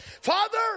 Father